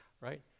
Right